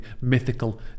mythical